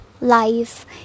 life